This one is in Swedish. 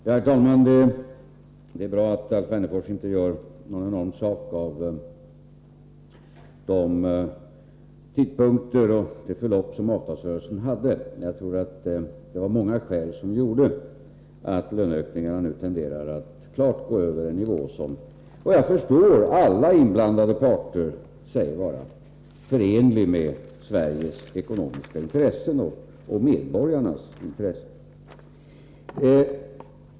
Herr talman! Det är bra att Alf Wennerfors inte gör någon enorm sak av de olika tidpunkterna eller det förlopp som avtalsrörelsen hade. Jag tror att det var många skäl som gjorde att löneökningarna nu tenderar att klart gå över den nivå som såvitt jag förstår alla inblandade parter anser vara förenlig med Sveriges ekonomiska intressen och därmed med medborgarnas intressen.